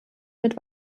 mit